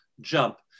jump